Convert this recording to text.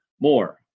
more